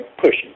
pushing